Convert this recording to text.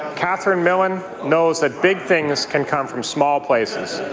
catherine millen knows that big things can come from small places.